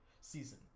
season